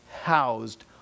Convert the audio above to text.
housed